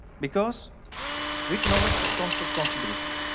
because with knowledge comes responsibility.